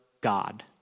God